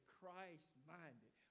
Christ-minded